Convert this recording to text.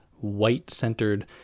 white-centered